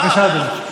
בבקשה, אדוני.